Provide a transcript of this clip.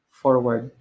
forward